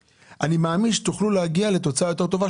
מאמין שתוכלו להגיע לתוצאה אפילו יותר טובה.